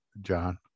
john